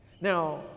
now